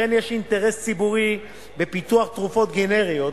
לכן יש אינטרס ציבורי בפיתוח תרופות גנריות,